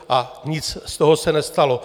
A nic z toho se nestalo.